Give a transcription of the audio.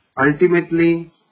Ultimately